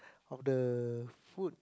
of the food